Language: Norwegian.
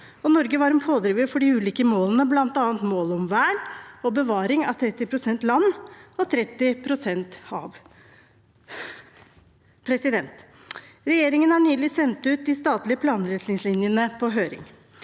Norge var en pådriver for de ulike målene, bl.a. målet om vern og bevaring av 30 pst. land og 30 pst. hav. Regjeringen har nylig sendt ut de statlige planretningslinjene på høring.